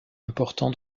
importants